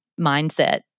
mindset